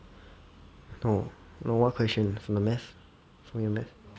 no no one question from the math from the math